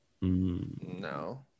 No